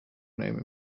name